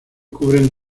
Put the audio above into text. cubren